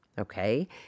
okay